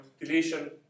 Deletion